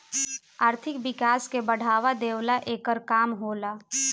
आर्थिक विकास के बढ़ावा देवेला एकर काम होला